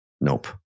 Nope